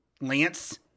Lance